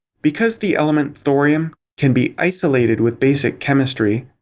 because the element thorium can be isolated with basic chemistry,